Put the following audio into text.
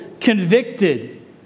convicted